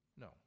No